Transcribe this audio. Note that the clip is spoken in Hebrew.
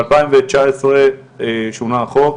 ב-2019 שונה החוק.